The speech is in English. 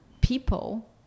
people